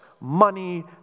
money